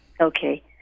Okay